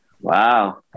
Wow